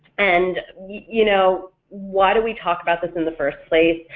and you know why do we talk about this in the first place?